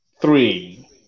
three